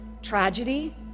tragedy